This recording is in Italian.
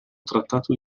trattato